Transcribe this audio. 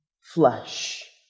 flesh